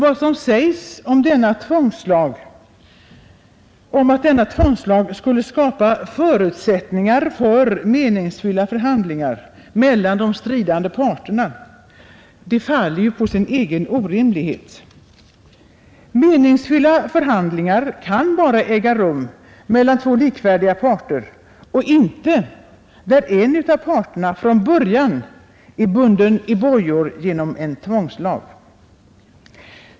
Vad som sägs om att denna tvångslag skulle skapa förutsättningar för meningsfyllda förhandlingar mellan de stridande parterna faller på sin egen orimlighet. Meningsfyllda förhandlingar kan bara äga rum mellan två likvärdiga parter och inte där den ena parten är belagd med bojor genom en tvångslag.